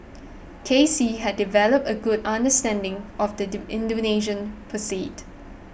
K C had developed a good understanding of the Indonesian